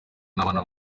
n’abana